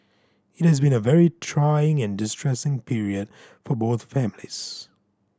it has been a very trying and distressing period for both families